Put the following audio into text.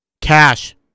Cash